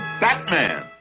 Batman